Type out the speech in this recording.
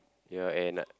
ya and uh